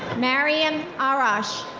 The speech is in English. mariam arash.